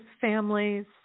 families